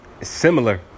similar